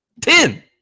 Ten